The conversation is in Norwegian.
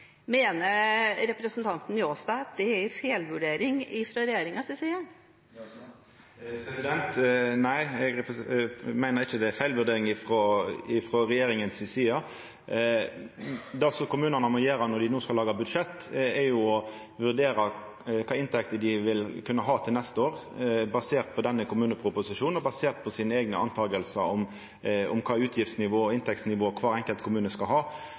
meiner ikkje det er ei feilvurdering frå regjeringa si side. Det som kommunane må gjera når dei no skal laga budsjett, er å vurdera kva inntekter dei vil kunna ha til neste år, basert på denne kommuneproposisjonen og basert på kva dei vurderer at utgiftsnivået og